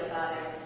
Father